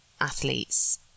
athletes